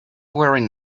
wearing